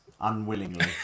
unwillingly